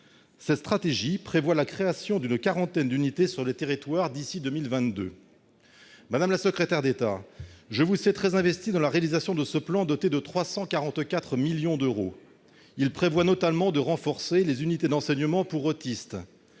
2018-2022, qui prévoit la création d'une quarantaine d'unités sur le territoire d'ici à 2022. Madame la secrétaire d'État, je vous sais très investie dans la mise en oeuvre de ce plan doté de 344 millions d'euros. Il prévoit notamment le renforcement des unités d'enseignement pour autistes.